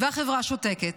והחברה שותקת.